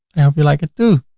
i hope you like it too.